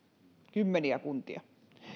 kymmeniä kuntia